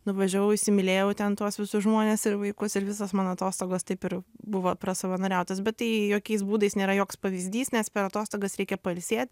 nuvažiavau įsimylėjau ten tuos visus žmones ir vaikus ir visos mano atostogos taip ir buvo prasavanoriautos bet tai jokiais būdais nėra joks pavyzdys nes per atostogas reikia pailsėt